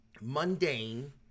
mundane